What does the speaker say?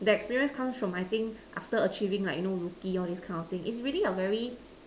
the experience comes from I think after achieving like you know rookie all this kind of things it's really a very